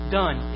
done